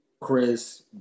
Chris